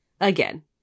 Again